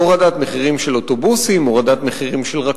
הורדת מחירים של נסיעה באוטובוסים,